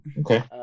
Okay